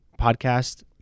podcast